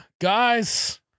guys